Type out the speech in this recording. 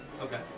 Okay